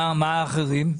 מה עם האחרים?